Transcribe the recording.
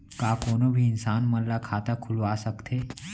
का कोनो भी इंसान मन ला खाता खुलवा सकथे?